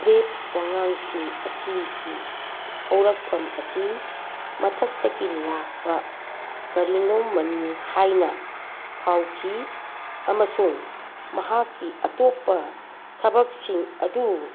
ꯄ꯭ꯔꯤꯞ ꯋꯥꯉꯥꯡꯁꯤꯡ ꯑꯁꯤꯒꯤ ꯍꯧꯔꯛꯐꯝ ꯑꯁꯤ ꯃꯊꯛꯇꯒꯤ ꯂꯥꯛꯄ ꯀꯔꯤꯅꯣꯃꯅꯤ ꯍꯥꯏꯅ ꯐꯥꯎꯈꯤ ꯑꯃꯁꯨꯡ ꯃꯍꯥꯛꯀꯤ ꯑꯇꯣꯞꯄ ꯊꯕꯛꯁꯤꯡ ꯑꯗꯨ